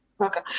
Okay